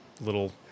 little